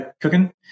cooking